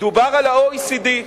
דובר על ה-OECD.